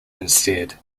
instead